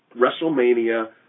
WrestleMania